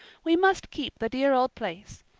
we must keep the dear old place.